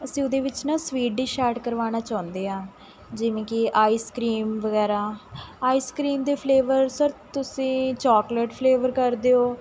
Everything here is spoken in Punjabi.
ਅਸੀਂ ਉਹਦੇ ਵਿੱਚ ਨਾ ਸਵੀਟ ਡਿਸ਼ ਐਡ ਕਰਵਾਉਣਾ ਚਾਹੁੰਦੇ ਹਾਂ ਜਿਵੇਂ ਕਿ ਆਈਸ ਕ੍ਰੀਮ ਵਗੈਰਾ ਆਈਸ ਕ੍ਰੀਮ ਦੇ ਫਲੇਵਰ ਸਰ ਤੁਸੀਂ ਚੋਕਲੇਟ ਫਲੇਵਰ ਕਰ ਦਿਓ